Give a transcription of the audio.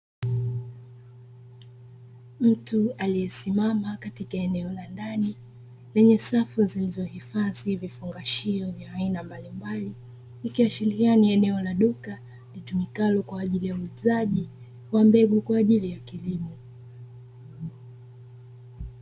Mtu aliye simama katika eneo la ndani lenye safu zilizo hifadhi vifungashio vya aina mbalimbali, ikiashiria ni eneo la duka litumikalo kwa ajili ya uuzaji wa mbegu kwa ajili ya kilimo.